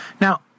now